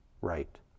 right